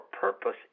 purpose